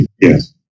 Yes